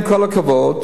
מקדימה.